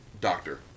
Doctor